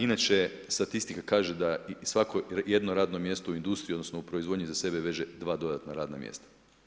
Inače, statistika kaže da svako jedno radno mjesto u industriji odnosno u proizvodnji za sebe veže dva dodatna radna mjesta.